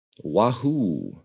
Wahoo